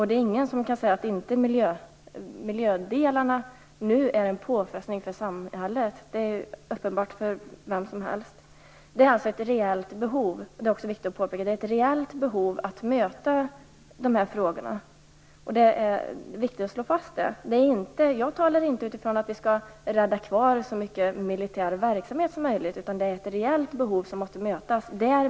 Det är ingen som kan säga att miljöfrågorna inte är en påfrestning för samhället. Det är uppenbart för vem som helst. Det finns ett reellt behov att möta dessa frågor. Jag talar inte om att rädda kvar så mycket militär verksamhet som möjligt, utan detta är ett reellt behov som måste mötas.